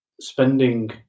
spending